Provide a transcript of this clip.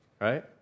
Right